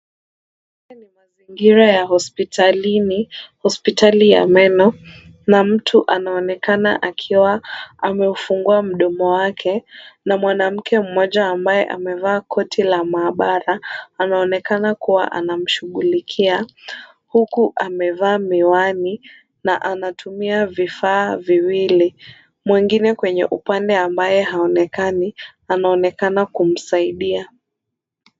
Haya ni mazingira ya hospitalini, hospitali ya meno na mtu anaonekana akiwa ameufungua mdomo wake na mwanamke mmoja ambaye amevaa koti la maabara anaonekana kuwa anamshughulikia huku amevaa miwani na anatumia vifaa viwili. Mwingine kwenye upande ambaye haonekani anaonekana kumsaidia.